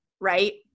Right